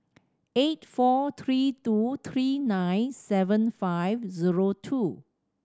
eight four three two three nine seven five zero two